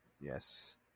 Yes